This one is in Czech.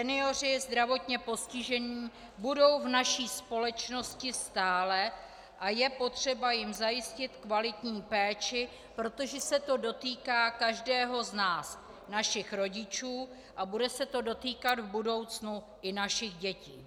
Senioři a zdravotně postižení budou v naší společnosti stále a je potřeba jim zajistit kvalitní péči, protože se to dotýká každého z nás, našich rodičů a bude se to dotýkat v budoucnu i našich dětí.